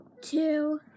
Two